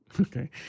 Okay